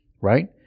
right